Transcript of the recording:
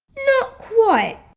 not quite